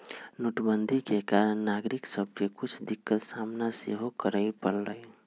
नोटबन्दि के कारणे नागरिक सभके के कुछ दिक्कत सामना सेहो करए परलइ